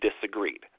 disagreed